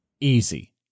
Easy